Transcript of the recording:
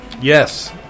Yes